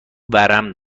ورم